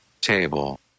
Table